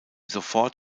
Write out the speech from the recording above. sofort